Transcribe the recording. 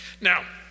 Now